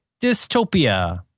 Dystopia